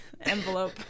envelope